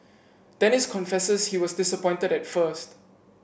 Dennis confesses he was disappointed at first